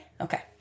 Okay